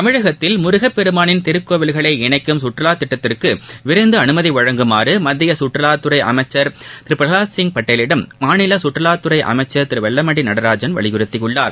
தமிழகத்தில் முருகப்பெருமானின் திருக்கோவில்களை இணைக்கும் சுற்றுவாத் திட்டத்திற்கு விரைந்து அனுமதி வழங்குமாறு மத்திய கற்றுவாத் துறை அமைச்சர் திரு பிரகவாத்சிங் பட்டேலிடம் மாநில கற்றுவாத் துறை அமைச்சர் திரு வெல்லமண்டி நடராஜன் வலியுறுத்தியுள்ளார்